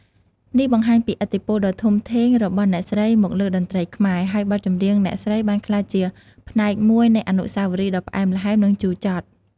នេះបង្ហាញពីឥទ្ធិពលដ៏ធំធេងរបស់អ្នកស្រីមកលើតន្ត្រីខ្មែរ ហើយបទចម្រៀងអ្នកស្រីបានក្លាយជាផ្នែកមួយនៃអនុស្សាវរីយ៍ដ៏ផ្អែមល្ហែម និងជូរចត់។